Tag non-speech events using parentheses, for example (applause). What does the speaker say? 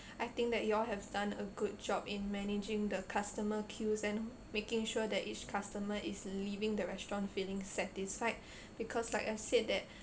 I think that you all have done a good job in managing the customer queues and making sure that each customer is leaving the restaurant feeling satisfied (breath) because like I said that